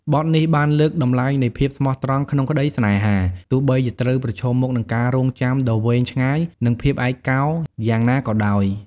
បទនេះបានលើកតម្លៃនៃភាពស្មោះត្រង់ក្នុងក្តីស្នេហា ទោះបីជាត្រូវប្រឈមមុខនឹងការរង់ចាំដ៏វែងឆ្ងាយ និងភាពឯកោយ៉ាងណាក៏ដោយ។